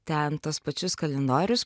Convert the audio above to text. ten tuos pačius kalendorius